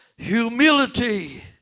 Humility